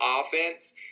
offense